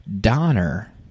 Donner